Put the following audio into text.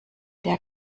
der